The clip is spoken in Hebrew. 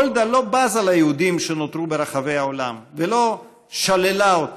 גולדה לא בזה ליהודים שנותרו ברחבי העולם ולא שללה אותם.